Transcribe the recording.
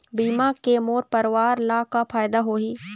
बीमा के मोर परवार ला का फायदा होही?